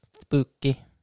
Spooky